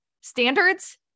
standards